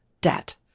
debt